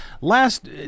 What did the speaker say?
last